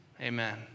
Amen